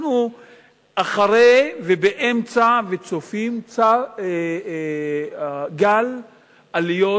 אנחנו אחרי ובאמצע וצופים גל עליות